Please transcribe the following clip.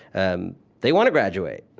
um they want to graduate.